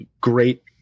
great